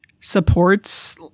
supports